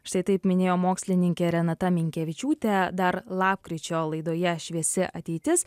štai taip minėjo mokslininkė renata minkevičiūtė dar lapkričio laidoje šviesi ateitis